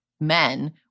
men